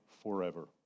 forever